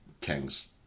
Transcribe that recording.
King's